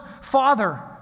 father